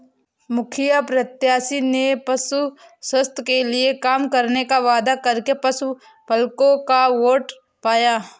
मुखिया प्रत्याशी ने पशु स्वास्थ्य के लिए काम करने का वादा करके पशुपलकों का वोट पाया